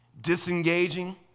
disengaging